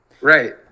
Right